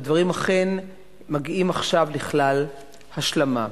והדברים אכן מגיעים עכשיו לכלל השלמה.